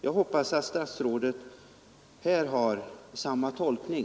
Jag hoppas att statsrådet här har samma tolkning.